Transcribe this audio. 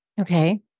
Okay